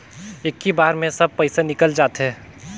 इक्की बार मे सब पइसा निकल जाते?